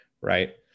right